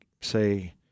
say